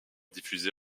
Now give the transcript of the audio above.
diffusée